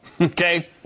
okay